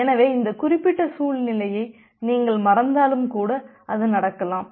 எனவே இந்த குறிப்பிட்ட சூழ்நிலையை நீங்கள் மறந்தாலும் கூட அது நடக்கலாம்